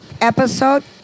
episode